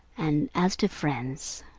and as to friends,